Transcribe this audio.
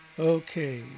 Okay